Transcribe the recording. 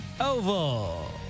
Oval